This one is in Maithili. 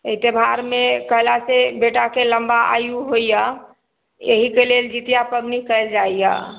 एहि त्यौहारमे कयला से बेटाके लम्बा आयु होइए एहिके लेल जितिआ पबनी कएल जाइए